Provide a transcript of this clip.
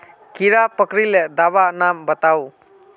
कीड़ा पकरिले दाबा नाम बाताउ?